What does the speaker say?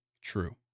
True